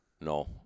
No